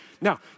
now